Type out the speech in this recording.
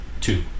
Two